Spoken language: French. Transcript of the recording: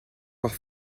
avoir